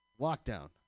Lockdown